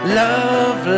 love